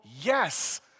Yes